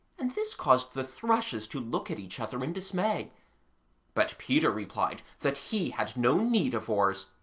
and this caused the thrushes to look at each other in dismay but peter replied that he had no need of oars,